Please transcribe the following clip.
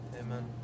Amen